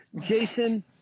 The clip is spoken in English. Jason